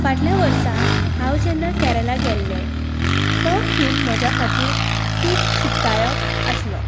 फाटल्या वर्सा हांव जेन्ना केरला गेल्लें तो खीण म्हजे खातीर खूब सुखदायक आसलो